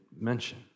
mention